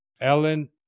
Ellen